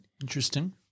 Interesting